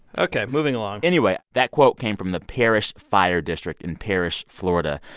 ok, moving along anyway, that quote came from the parrish fire district in parrish, fla, and